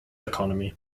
economy